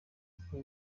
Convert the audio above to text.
kuko